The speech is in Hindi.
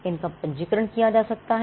इनका पंजीकरण किया जा सकता है